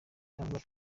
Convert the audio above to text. cyangwa